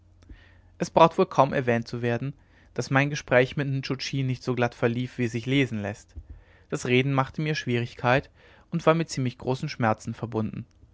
es braucht wohl kaum erwähnt zu werden daß mein gespräch mit nscho tschi nicht so glatt verlief wie es sich lesen läßt das reden machte mir schwierigkeit und war mit ziemlich großen schmerzen verbunden